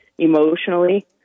emotionally